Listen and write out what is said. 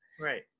Right